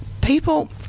people